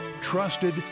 trusted